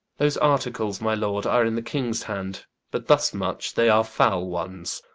those articles, my lord, are in the kings hand but thus much, they are foule ones